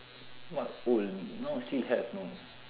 what old now still have know